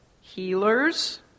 healers